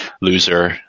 loser